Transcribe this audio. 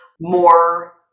more